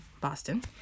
Boston